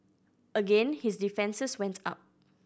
again his defences went up